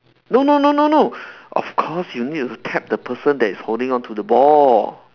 no no no no no of course you need to tap the person that is holding on to the ball